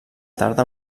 tarda